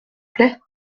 plait